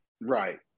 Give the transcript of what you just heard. Right